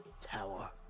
tower